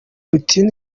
putin